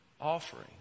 offering